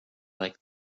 like